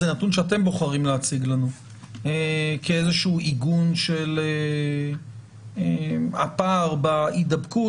זה נתון שאתם בוחרים להציג לנו כאיזשהו עיגון של הפער בהידבקות.